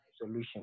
solution